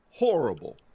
horrible